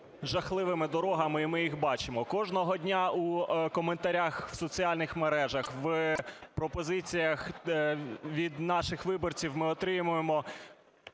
жахливими дорогами, і ми їх бачимо. Кожного дня у коментарях в соціальних мережах, в пропозиціях від наших виборців ми отримуємо